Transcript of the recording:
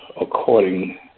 according